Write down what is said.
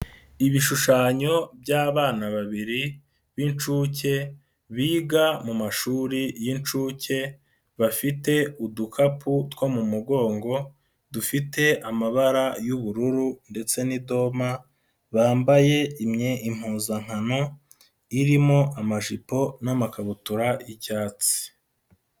Ibishushanyo by'abana babiri b'inshuke, biga mu mashuri y'inshuke, bafite udukapu two mu mugongo, dufite amabara y'ubururu ndetse n'idoma, bambaye impuzankano irimo amajipo n'amakabutura y'icyatsi.